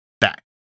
back